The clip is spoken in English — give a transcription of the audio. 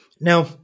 Now